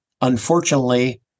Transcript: Unfortunately